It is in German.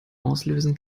auslösen